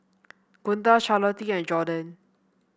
Gunda Charlottie and Jorden